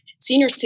senior